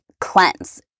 cleanse